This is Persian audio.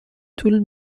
طول